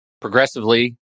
progressively